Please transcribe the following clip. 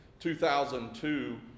2002